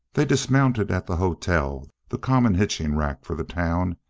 they dismounted at the hotel, the common hitching rack for the town,